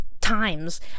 times